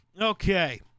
okay